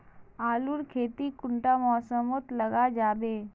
आलूर खेती कुंडा मौसम मोत लगा जाबे?